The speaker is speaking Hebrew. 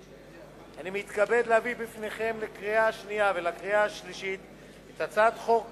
אני מתכבד להביא בפניכם לקריאה השנייה ולקריאה השלישית את הצעת חוק